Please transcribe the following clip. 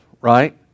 right